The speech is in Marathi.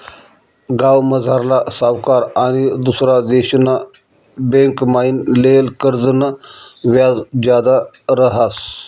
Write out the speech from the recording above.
गावमझारला सावकार आनी दुसरा देशना बँकमाईन लेयेल कर्जनं व्याज जादा रहास